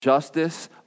justice